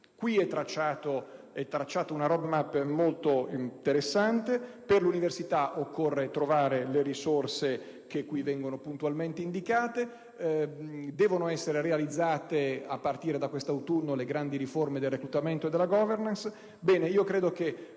è tracciata una *road map* molto interessante. Per l'università occorre trovare le risorse che nel Documento vengono puntualmente indicate. Devono essere realizzate, a partire dal prossimo autunno, le grandi riforme del reclutamento e della *governance*.